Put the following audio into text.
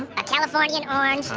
a californian orange,